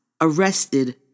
arrested